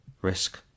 risk